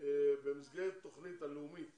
במסגרת התוכנית הלאומית